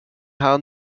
herren